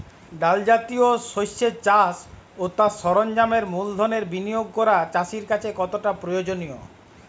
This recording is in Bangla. ডাল জাতীয় শস্যের চাষ ও তার সরঞ্জামের মূলধনের বিনিয়োগ করা চাষীর কাছে কতটা প্রয়োজনীয়?